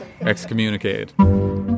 excommunicated